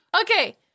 okay